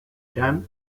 jan